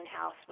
house